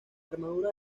armadura